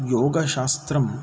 योगशास्त्रं